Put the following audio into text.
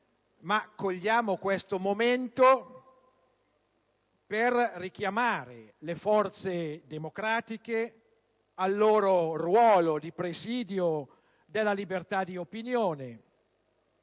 cogliamo questo momento per richiamare le forze democratiche al loro ruolo di presidio della libertà di opinione,